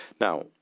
Now